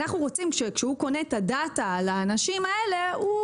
אנחנו רוצים שכשהוא קונה את הדאטה על האנשים האלה הוא